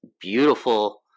beautiful